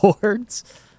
boards